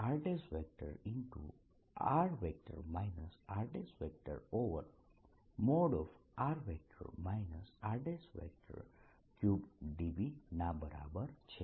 r rr r3dv ના બરાબર છે